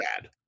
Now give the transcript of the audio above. bad